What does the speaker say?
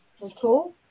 Cool